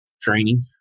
training